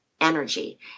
energy